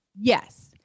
yes